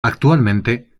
actualmente